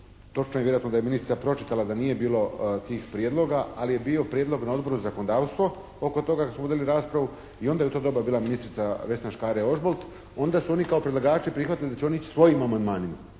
točno i vjerojatno da je ministrica pročitala da nije bilo tih prijedloga, ali je bio prijedlog na Odboru za zakonodavstvo oko toga kad smo vodili raspravu i onda je u to doba bila ministrica Vesna Škare Ožbolt. I onda su oni kao predlagači prihvatili da će oni ići svojim amandmanima.